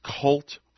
cult